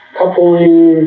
coupling